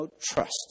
trust